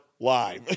Live